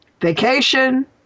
vacation